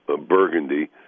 burgundy